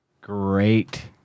Great